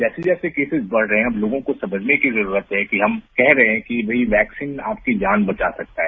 जैसे जैसे केसेज बढ़ रहे हैं हम लोगों को समझने की जरूरत है कि हम कह रहे हैं कि वैक्सीन आपकी जान बचा सकता है